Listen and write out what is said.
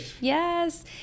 Yes